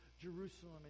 Jerusalem